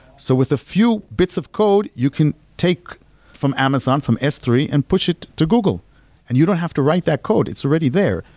so with a few bits of code, you can take from amazon, from s three and push it to google and you don't have to write that code. it's already there.